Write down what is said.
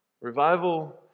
Revival